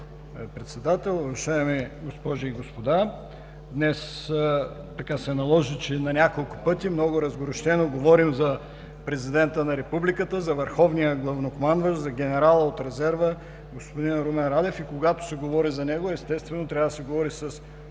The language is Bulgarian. Председател, уважаеми госпожи и господа! Днес така се наложи, че на няколко пъти много разгорещено говорим за Президента на Републиката, за върховния главнокомандващ, за генерала от резерва господин Румен Радев, и когато се говори за него – естествено, трябва да се говори с